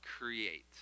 create